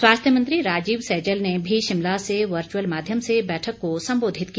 स्वास्थ्य मंत्री राजीव सैजल ने भी शिमला से वचुअंल माध्यम से बैठक को संबोधित किया